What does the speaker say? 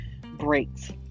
breaks